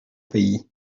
pays